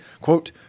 quote